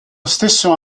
stesso